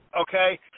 okay